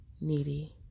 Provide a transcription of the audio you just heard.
needy